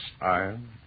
Iron